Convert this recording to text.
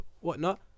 whatnot